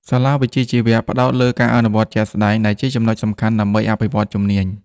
សាលាវិជ្ជាជីវៈផ្តោតលើការអនុវត្តជាក់ស្តែង ដែលជាចំណុចសំខាន់ដើម្បីអភិវឌ្ឍជំនាញ។